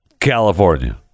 California